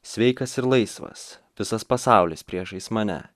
sveikas ir laisvas visas pasaulis priešais mane